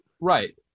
right